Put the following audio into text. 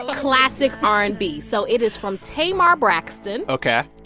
classic r and b. so it is from tamar braxton. ok.